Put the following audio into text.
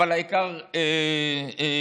אבל העיקר שיעשו.